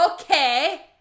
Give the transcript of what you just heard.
Okay